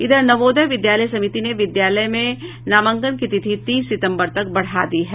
इधर नवोदय विद्यालय समिति ने विद्यालय में नामांकन की तिथि तीस सितम्बर तक बढ़ा दी है